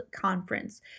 Conference